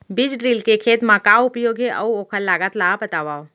बीज ड्रिल के खेत मा का उपयोग हे, अऊ ओखर लागत ला बतावव?